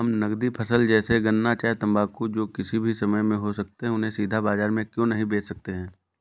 हम नगदी फसल जैसे गन्ना चाय तंबाकू जो किसी भी समय में हो सकते हैं उन्हें सीधा बाजार में क्यो नहीं बेच सकते हैं?